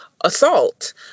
assault